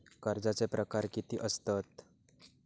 कर्जाचे प्रकार कीती असतत?